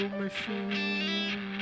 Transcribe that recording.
machine